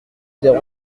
des